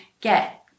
get